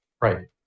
right